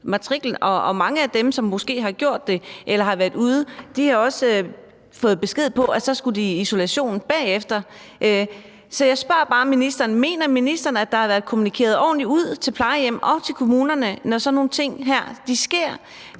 Og mange af dem, der måske har gjort det eller har været ude, har også fået besked på, at de så skulle i isolation bagefter. Så jeg spørger bare ministeren: Mener ministeren, at der har været kommunikeret ordentligt til plejehjemmene og til kommunerne, når sådan nogle ting som det